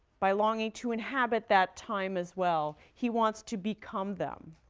by longing to inhabit that time, as well, he wants to become them.